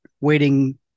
waiting